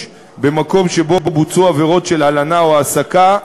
במקום שבו בוצעו עבירות של הלנה או העסקה.